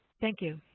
thank you.